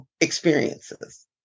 experiences